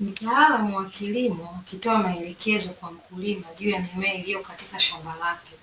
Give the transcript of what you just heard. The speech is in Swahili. Mtaalamu wa kilimo akitoa maelekezo kwa mkulima juu ya mimea iliyo katika shamba lake